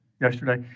yesterday